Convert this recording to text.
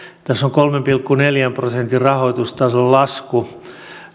on kolmen pilkku neljän prosentin rahoitustason lasku